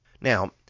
Now